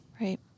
Right